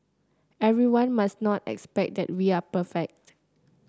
everyone must not expect that we are perfect